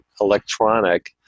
electronic